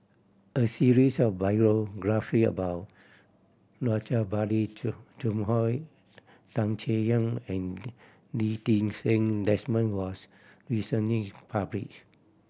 a series of biography about Rajabali Tan Chay Yan and Lee Ti Seng Desmond was recently publish